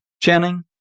Channing